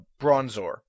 Bronzor